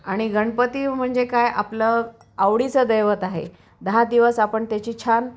आणि गणपती म्हणजे काय आपलं आवडीचं दैवत आहे दहा दिवस आपण त्याची छान